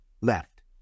left